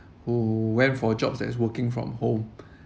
who went for jobs that's working from home